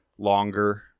longer